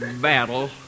battle